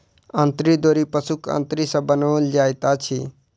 अंतरी डोरी पशुक अंतरी सॅ बनाओल जाइत अछि